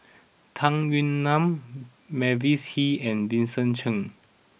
Tung Yue Nang Mavis Hee and Vincent Cheng